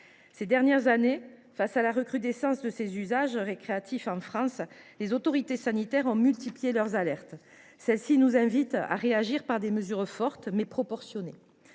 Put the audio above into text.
des dernières années, face à l’accroissement des usages récréatifs en France, les autorités sanitaires ont multiplié les alertes. Celles ci nous invitent à réagir par des mesures fortes, mais proportionnées.